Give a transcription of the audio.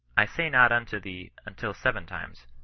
i say not unto thee, until seven times,